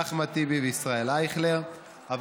אחמד טיבי וישראל אייכלר בנושא: הרפורמה במשק החשמל,